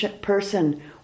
person